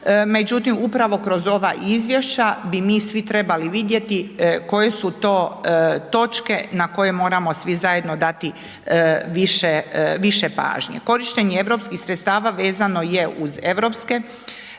međutim upravo kroz ova izvješća bi mi svi trebali vidjeti koje su to točke na koje moramo svi zajedno dati više pažnje. Korištenje europskih sredstava vezano je uz vremenske